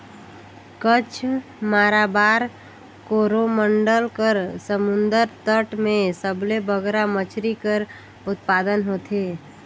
कच्छ, माराबार, कोरोमंडल कर समुंदर तट में सबले बगरा मछरी कर उत्पादन होथे